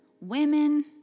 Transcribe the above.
Women